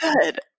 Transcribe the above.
good